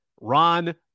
Ron